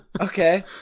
Okay